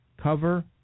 cover